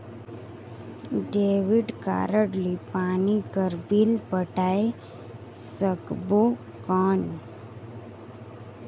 Debit card ले पानी कर बिल पटाय सकबो कौन?